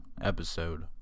episode